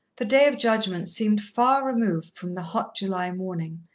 the day of judgment seemed far removed from the hot july morning,